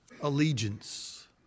allegiance